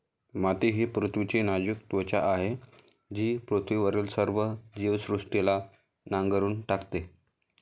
माती ही पृथ्वीची नाजूक त्वचा आहे जी पृथ्वीवरील सर्व जीवसृष्टीला नांगरून टाकते